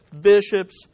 bishops